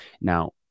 Now